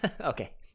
okay